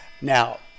Now